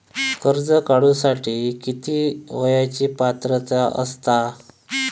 कर्ज काढूसाठी किती वयाची पात्रता असता?